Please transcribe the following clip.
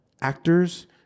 actors